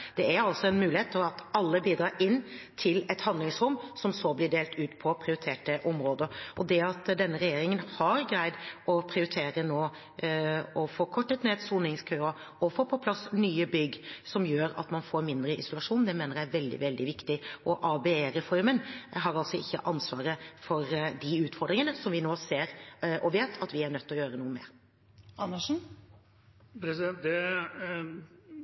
det er en mulighet for at alle bidrar inn til et handlingsrom som så blir delt ut på prioriterte områder. Det at denne regjeringen nå har greid å prioritere, fått kortet ned soningskøer og får på plass nye bygg som gjør at man får mindre isolasjon, mener jeg er veldig, veldig viktig. Og ABE-reformen har ikke ansvaret for de utfordringene som vi nå ser, og vet, at vi er nødt til å gjøre noe med. Til det